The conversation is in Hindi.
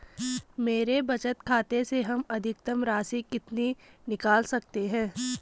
मेरे बचत खाते से हम अधिकतम राशि कितनी निकाल सकते हैं?